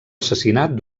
assassinat